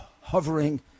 hovering